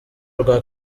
rwa